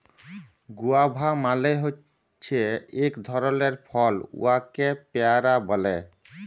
guava মালে হছে ইক ধরলের ফল উয়াকে পেয়ারা ব্যলে